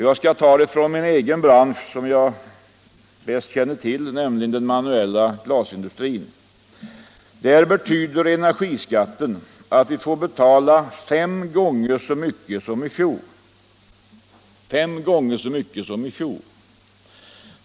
Jag tar det från min egen bransch, som jag känner bäst, den manuella glasindustrin. Där betyder energiskatten att vi får betala fem gånger så mycket som i fjol.